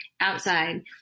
outside